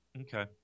Okay